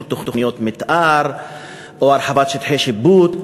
תוכניות מתאר או הרחבת שטחי שיפוט.